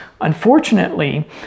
unfortunately